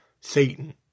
satan